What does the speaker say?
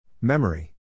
Memory